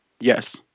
Yes